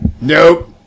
Nope